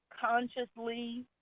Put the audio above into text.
consciously